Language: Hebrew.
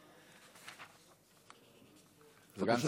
בבקשה.